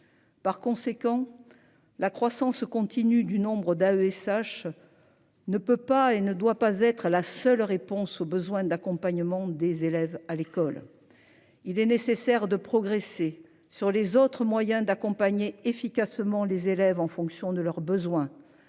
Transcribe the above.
Par conséquent. La croissance continue du nombre d'AESH. Ne peut pas et ne doit pas être la seule réponse aux besoins d'accompagnement des élèves à l'école. Il est nécessaire de progresser sur les autres moyens d'accompagner efficacement les élèves en fonction de leurs besoins,